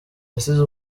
asize